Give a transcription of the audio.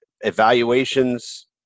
evaluations